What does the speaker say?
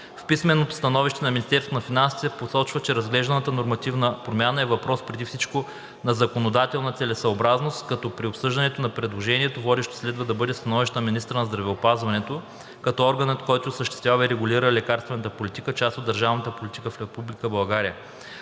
В писменото становище на Министерството на финансите се посочва, че разглежданата нормативна промяна е въпрос преди всичко на законодателна целесъобразност, като при обсъждането на предложението водещо следва да бъде становището на министъра на здравеопазването като орган, който осъществява и регулира лекарствената политика, част от държавната политика в Република България.